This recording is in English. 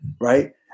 Right